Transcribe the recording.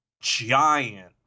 giant